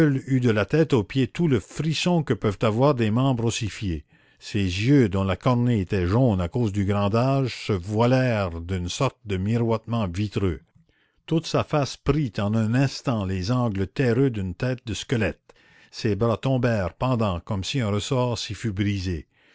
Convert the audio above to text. eut de la tête aux pieds tout le frisson que peuvent avoir des membres ossifiés ses yeux dont la cornée était jaune à cause du grand âge se voilèrent d'une sorte de miroitement vitreux toute sa face prit en un instant les angles terreux d'une tête de squelette ses bras tombèrent pendants comme si un ressort s'y fût brisé